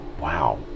wow